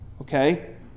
Okay